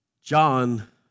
John